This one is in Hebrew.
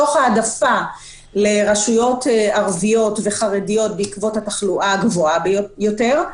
תוך העדפה לרשויות ערביות וחרדיות בעקבות התחלואה הגבוהה יותר.